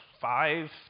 five